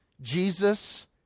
Jesus